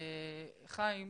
חיים,